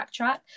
backtrack